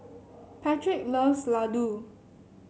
Patric loves Ladoo